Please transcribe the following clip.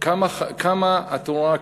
כמה התורה,